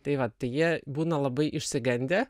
tai vat tai jie būna labai išsigandę